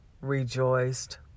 rejoiced